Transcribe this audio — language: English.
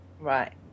Right